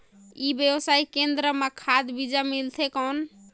ई व्यवसाय केंद्र मां खाद बीजा मिलथे कौन?